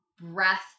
breath